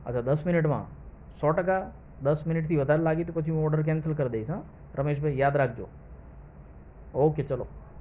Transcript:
અચ્છા દસ મિનિટમાં સો ટકા દસ મિનિટથી વધારે લાગી તો હું ઓર્ડર કેન્સલ કરી દઈશ હાં રમેશ ભાઈ યાદ રાખજો ઓકે ચાલો